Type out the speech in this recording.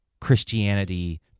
Christianity